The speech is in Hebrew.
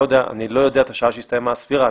אני לא יודע את השעה שהסתיימה הספירה.